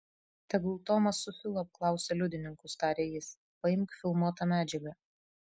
tegul tomas su filu apklausia liudininkus tarė jis paimk filmuotą medžiagą